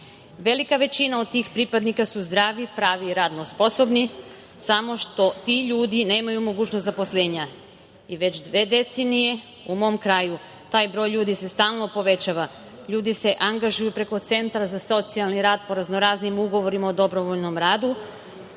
Velika većina od tih pripadnika su zdravi, pravi, radno sposobni, samo što ti ljudi nemaju mogućnost zaposlenja. Već dve decenije u mom kraju taj broj ljudi se stalno povećava. Ljudi se angažuju preko centra za socijalni rad po raznoraznim ugovorima o dobrovoljnom radu